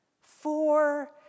Four